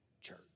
Church